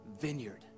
vineyard